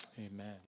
Amen